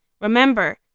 Remember